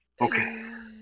okay